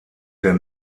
der